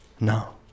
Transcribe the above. No